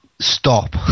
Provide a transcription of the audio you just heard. stop